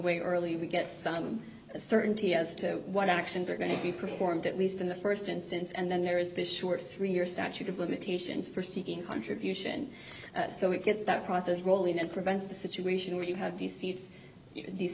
way early we get some certainty as to what actions are going to be performed at least in the st instance and then there is this short three year statute of limitations for seeking contribution so it gets that process rolling and prevents the situation where you have these seats these